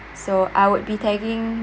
so I would be tagging